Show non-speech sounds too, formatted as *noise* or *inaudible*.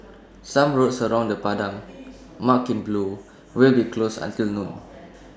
*noise* some roads around the Padang marked in blue will be closed until noon